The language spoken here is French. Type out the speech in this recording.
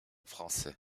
français